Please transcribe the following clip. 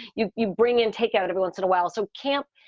you you bring in take out every once in a while. so camp,